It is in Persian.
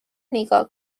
نیگا